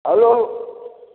hello